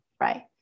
right